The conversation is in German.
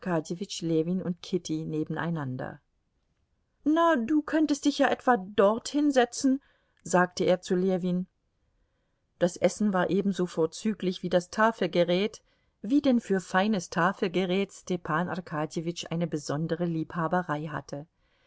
ljewin und kitty nebeneinander na und du könntest dich ja etwa dorthin setzen sagte er zu ljewin das essen war ebenso vorzüglich wie das tafelgerät wie denn für feines tafelgerät stepan arkadjewitsch eine besondere liebhaberei hatte